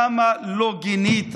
למה לא גינית